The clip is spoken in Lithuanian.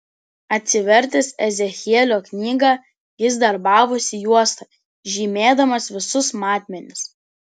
atsivertęs ezechielio knygą jis darbavosi juosta žymėdamas visus matmenis